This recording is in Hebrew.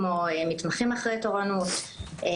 כמו מתמחים אחרי תורנויות,